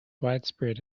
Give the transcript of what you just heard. widespread